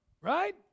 right